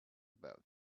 belt